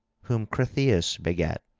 whom cretheus begat.